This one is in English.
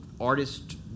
artist